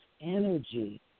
energy